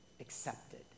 accepted